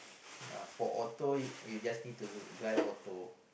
uh for auto you just need to drive auto